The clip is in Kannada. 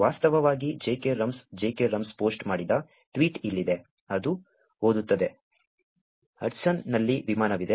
ವಾಸ್ತವವಾಗಿ jkrums j k rums post ಮಾಡಿದ ಟ್ವೀಟ್ ಇಲ್ಲಿದೆ ಅದು ಓದುತ್ತದೆ ಹಡ್ಸನ್ನಲ್ಲಿ ವಿಮಾನವಿದೆ